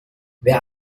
wer